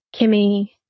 Kimmy